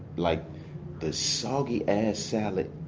like the soggy-ass salad.